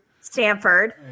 Stanford